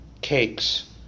cakes